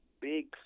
big